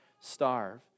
starve